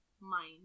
mind